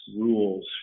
rules